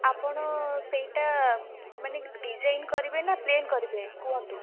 ଆପଣ ସେଇଟା ମାନେ ଡିଜାଇନ୍ କରିବେ ନା ପ୍ଲେନ୍ କରିବେ କୁହନ୍ତୁ